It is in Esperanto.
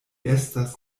estas